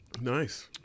Nice